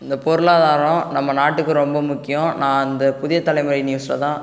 இந்த பொருளாதாரம் நம் நாட்டுக்கு ரொம்ப முக்கியம் நான் இந்த புதிய தலைமுறை நியூசில் தான்